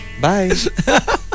bye